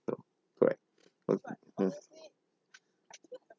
correct uh mm